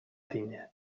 tinya